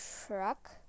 truck